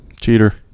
cheater